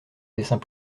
dessins